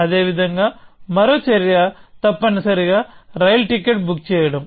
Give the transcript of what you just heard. అదేవిధంగామరో చర్య తప్పనిసరిగా rail ticket book చేయటం